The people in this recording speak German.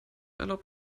erlaubt